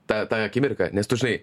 ta ta akimirka nes tu žnai